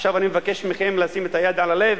עכשיו אני מבקש מכם לשים את היד על הלב